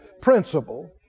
principle